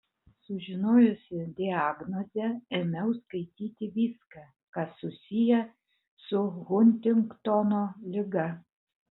sužinojusi diagnozę ėmiau skaityti viską kas susiję su huntingtono liga